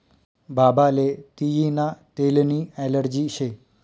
बाबाले तियीना तेलनी ॲलर्जी शे